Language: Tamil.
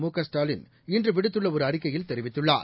முகஸ்டாலின் இன்று விடுத்துள்ள ஒரு அறிக்கையில் தெரிவித்துள்ளார்